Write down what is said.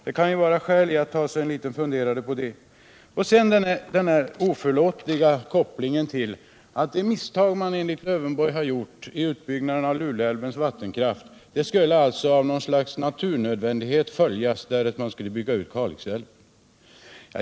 Det kan finnas skäl att ta sig en liten funderare på det. Så har vi den här oförlåtliga kopplingen att de misstag man enligt herr Lövenborg har gjort vid utbyggnaden av Lule älvs vattenkraft skulle av något slags naturnödvändighet upprepas därest man skulle bygga ut Kalix älv.